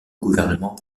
gouvernement